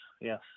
Yes